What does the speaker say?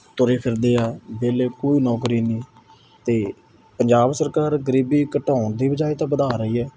ਤੁਰੇ ਫਿਰਦੇ ਆ ਵਿਹਲੇ ਕੋਈ ਨੌਕਰੀ ਨਹੀਂ ਅਤੇ ਪੰਜਾਬ ਸਰਕਾਰ ਗਰੀਬੀ ਘਟਾਉਣ ਦੀ ਬਜਾਏ ਤਾਂ ਵਧਾ ਰਹੀ ਹੈ